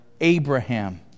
Abraham